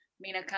Mina